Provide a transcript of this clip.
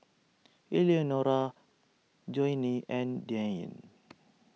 Eleanora Joanie and Diane